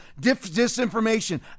disinformation